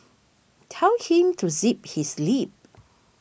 tell him to zip his lip